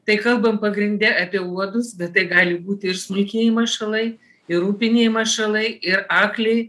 tai kalbam pagrinde apie uodus bet tai gali būti ir smulkieji mašalai ir upiniai mašalai ir akliai